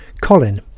Colin